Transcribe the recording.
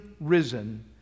risen